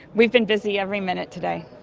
we've been busy every minute today.